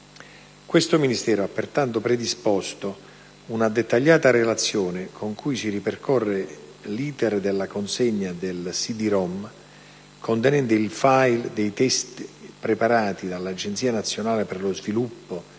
Questo Ministero ha, pertanto, predisposto una dettagliata relazione con cui si ripercorre l'*iter* della consegna del cd-rom contenente il *file* dei *test* preparati dall'Agenzia nazionale per lo sviluppo